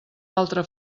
altra